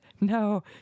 no